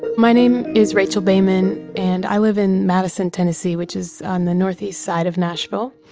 my name is rachel baiman. and i live in madison, tennessee, which is on the northeast side of nashville.